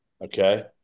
Okay